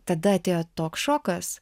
tada atėjo toks šokas